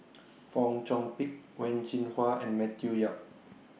Fong Chong Pik Wen Jinhua and Matthew Yap